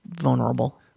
vulnerable